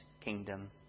kingdom